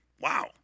Wow